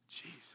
Jesus